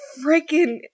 freaking